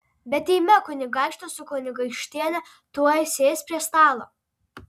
bet eime kunigaikštis su kunigaikštiene tuoj sės prie stalo